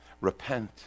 Repent